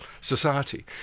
society